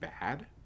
bad